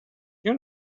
you